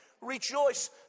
rejoice